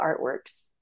artworks